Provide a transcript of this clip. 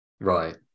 Right